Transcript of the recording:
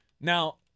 now